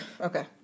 Okay